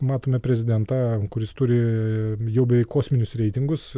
matome prezidentą kuris turi jau beveik kosminius reitingus